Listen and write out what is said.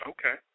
Okay